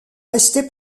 resté